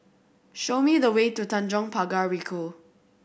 show me the way to Tanjong Pagar Ricoh